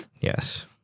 Yes